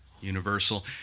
Universal